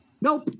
Nope